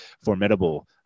formidable